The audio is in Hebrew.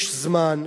יש זמן,